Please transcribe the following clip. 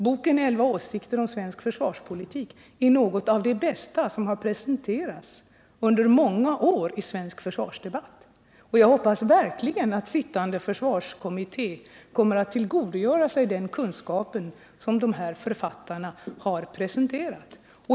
Boken Elva åsikter om svensk säkerhetspolitik är något av det bästa som har presenterats under många år i svensk försvarsdebatt, och jag hoppas verkligen att försvarskommittén kommer att tillgodogöra sig den kunskap som författarna har presenterat.